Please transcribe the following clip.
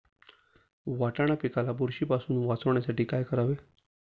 वाटाणा पिकाला बुरशीपासून वाचवण्यासाठी काय करावे?